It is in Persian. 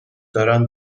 دارند